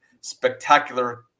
spectacular